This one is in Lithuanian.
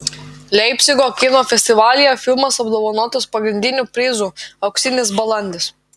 leipcigo kino festivalyje filmas apdovanotas pagrindiniu prizu auksinis balandis